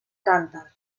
cànter